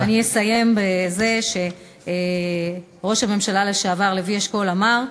אסיים בזה שראש הממשלה לשעבר לוי אשכול אמר: